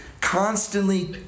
constantly